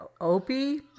Opie